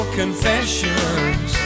confessions